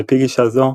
על-פי גישה זו,